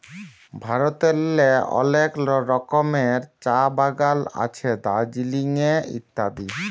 ভারতেল্লে অলেক রকমের চাঁ বাগাল আছে দার্জিলিংয়ে ইত্যাদি